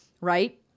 right